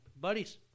Buddies